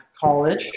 college